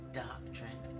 doctrine